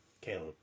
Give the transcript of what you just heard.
Caleb